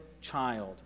child